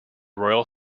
royal